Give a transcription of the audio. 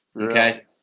okay